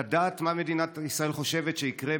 לדעת מה מדינת ישראל חושבת שיקרה,